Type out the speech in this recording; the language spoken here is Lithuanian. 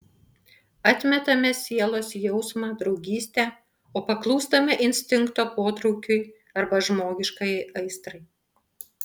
atmetame sielos jausmą draugystę o paklūstame instinkto potraukiui arba žmogiškajai aistrai